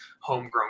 homegrown